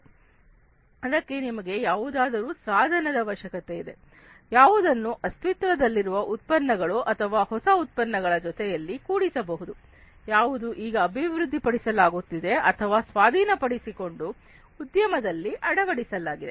ಅದಕ್ಕೆ ನಿಮಗೆ ಯಾವುದಾದರೂ ಸಾಧನದ ಅವಶ್ಯಕತೆ ಇದೆ ಯಾವುದನ್ನು ಅಸ್ತಿತ್ವದಲ್ಲಿರುವ ಉತ್ಪನ್ನಗಳು ಅಥವಾ ಹೊಸ ಉತ್ಪನ್ನಗಳ ಜೊತೆಯಲ್ಲಿ ಕೂಡಿಸಬಹುದು ಯಾವುದು ಈಗ ಅಭಿವೃದ್ಧಿಪಡಿಸಲಾಗುತ್ತಿದೆ ಅಥವಾ ಸ್ವಾಧೀನಪಡಿಸಿಕೊಂಡು ಉದ್ಯಮದಲ್ಲಿ ಅಳವಡಿಸಲಾಗಿದೆ